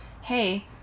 hey